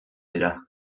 dira